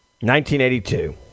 1982